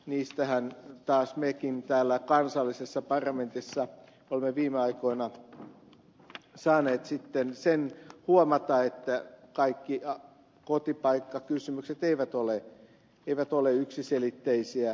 niistähän taas mekin täällä kansallisessa parlamentissa olemme viime aikoina saaneet sen huomata että kaikki kotipaikkakysymykset eivät ole yksiselitteisiä